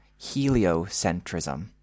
heliocentrism